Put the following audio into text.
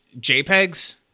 JPEGs